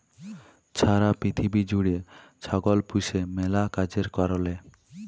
ছারা পিথিবী জ্যুইড়ে ছাগল পুষে ম্যালা কাজের কারলে